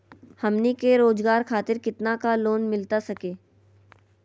हमनी के रोगजागर खातिर कितना का लोन मिलता सके?